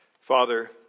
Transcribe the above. Father